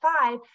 five